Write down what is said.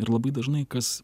ir labai dažnai kas